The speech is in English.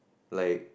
like